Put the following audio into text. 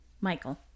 michael